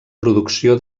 producció